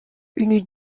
une